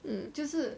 um